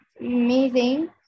Amazing